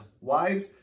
wives